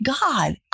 God